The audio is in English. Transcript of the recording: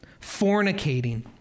fornicating